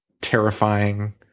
terrifying